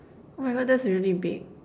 oh my God that's really big